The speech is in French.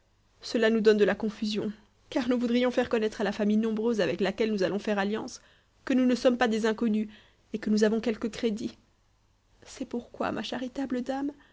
cela nous donne de la confusion car nous voudrions faire connaître à la famille nombreuse avec laquelle nous allons faire alliance que nous ne sommes pas des inconnues et que nous avons quelque crédit c'est pourquoi ma charitable dame